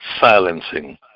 silencing